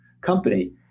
company